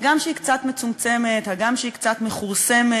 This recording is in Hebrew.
אז חבר הכנסת,